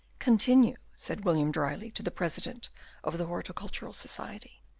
continue, said william dryly, to the president of the horticultural society.